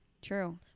True